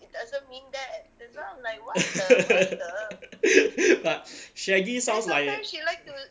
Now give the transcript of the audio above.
but shaggy sounds like